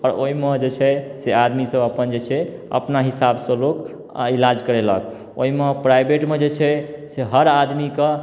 आओर ओहिमे जे छै से आदमी सब अपन जे छै अपना हिसाब सऽ लोक आ इलाज करेलक ओहिमे प्राइवेटमे जे छै से हर आदमीके